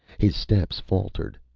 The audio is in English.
his steps faltered.